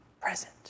present